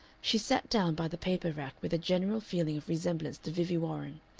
she sat down by the paper-rack with a general feeling of resemblance to vivie warren,